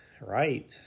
Right